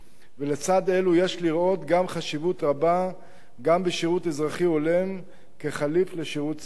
ולצדם יש לראות חשיבות רבה גם בשירות אזרחי הולם כחליף לשירות צבאי.